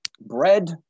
bread